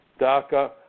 DACA